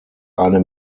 eine